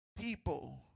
People